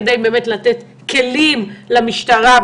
כדי באמת לתת כלים למשטרה,